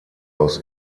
aus